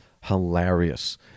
hilarious